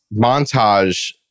montage